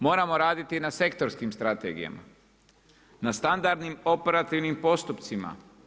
Moramo raditi na sektorskim strategijama, na standardnim, operativnim postupcima.